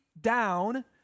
down